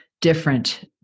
different